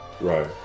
Right